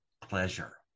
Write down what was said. pleasure